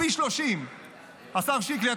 פי 30. השר שיקלי,